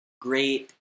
great